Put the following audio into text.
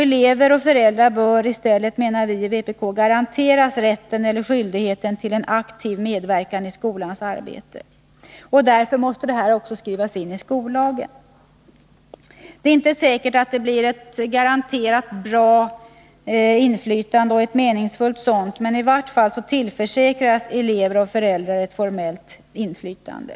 Elever och föräldrar bör i stället, menar vi i vpk, garanteras rätten eller skyldigheten till en aktiv medverkan i skolans arbete. Därför måste detta också skrivas in i skollagen. Det är inte säkert att det blir ett garanterat bra och meningsfullt inflytande, men i vart fall tillföräkras elever och föräldrar ett formellt inflytande.